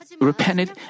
repented